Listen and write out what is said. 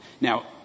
Now